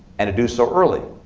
and to do so early.